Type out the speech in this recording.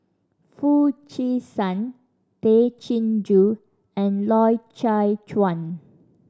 Foo Chee San Tay Chin Joo and Loy Chye Chuan